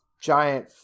giant